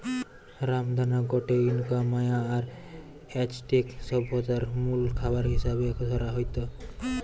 রামদানা গটে Inca, Maya আর অ্যাজটেক সভ্যতারে মুল খাবার হিসাবে ধরা হইত